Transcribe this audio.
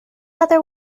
other